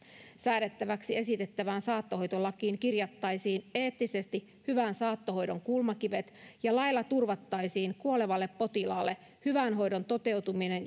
säädettäväksi esitettävään saattohoitolakiin kirjattaisiin eettisesti hyvän saattohoidon kulmakivet ja lailla turvattaisiin kuolevalle potilaalle hyvän hoidon toteutuminen